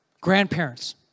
Grandparents